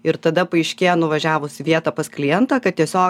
ir tada paaiškėja nuvažiavus į vietą pas klientą kad tiesiog